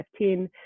2015